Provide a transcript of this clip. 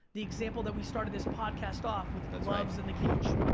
the example that we started this podcast off with gloves in the cage.